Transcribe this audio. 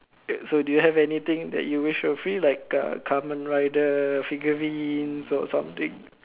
so do you have anything that you wish were free like uh Kamen-Rider figurines or something